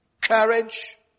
courage